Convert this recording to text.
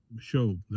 show